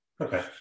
Okay